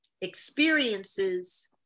experiences